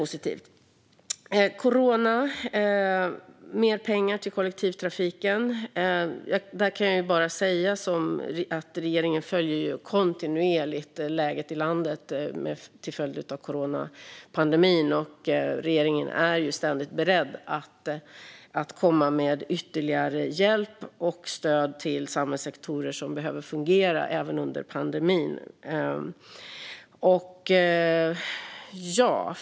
När det gäller corona och mer pengar till kollektivtrafiken följer regeringen kontinuerligt läget i landet till följd av coronapandemin. Regeringen är ständigt beredd att komma med ytterligare hjälp och stöd till samhällssektorer som behöver fungera även under pandemin.